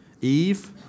Eve